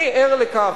אני ער לכך,